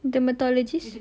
dermatologist